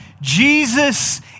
Jesus